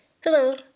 Hello